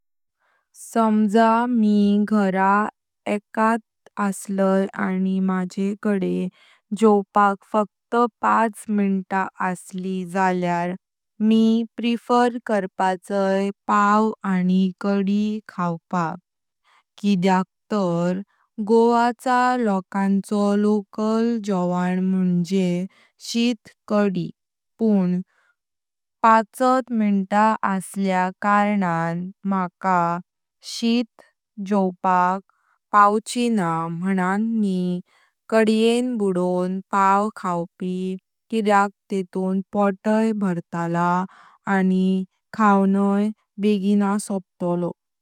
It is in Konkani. समजा मी घरा एकांत असलय आणि माझेकडे जावपाक फक्त पाच मिन्ता असलय जल्यार मी प्रेफर करपाचें पावं आणि कडी खाऊपाक। किद्याक तर गोवा च्या लोकांचो लोकल जोवन म्हणजे शीट कडी पण पाच मिन्टा असल्या कारणान मका शीट जोवपाक पाऊचिनां मननं मी कड्येण बूडों पावं खाऊपी किद्याक तेथून पोटाय भरतलं आणि खाउँ बेगिनं सोपटलो।